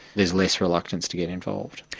there's less reluctance to get involved.